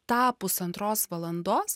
tą pusantros valandos